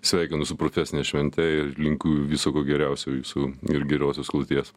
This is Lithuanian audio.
sveikinu su profesine švente ir linkiu viso ko geriausio jūsų ir geriausios kloties